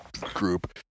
group